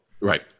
Right